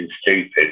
stupid